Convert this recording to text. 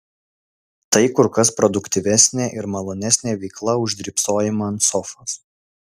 tai kur kas produktyvesnė ir malonesnė veikla už drybsojimą ant sofos